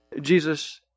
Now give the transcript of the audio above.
Jesus